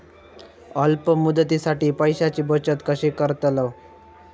अल्प मुदतीसाठी पैशांची बचत कशी करतलव?